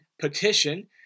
petition